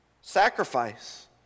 sacrifice